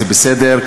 זה בסדר,